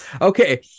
Okay